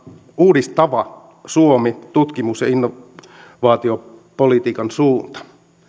uudistava suomi tutkimus ja innovaatiopolitiikan suunta